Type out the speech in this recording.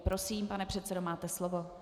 Prosím, pane předsedo, máte slovo.